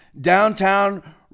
downtown